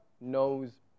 knows